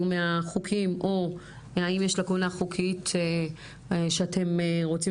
מהחוקים או האם יש לקונה חוקית שאתם רוצים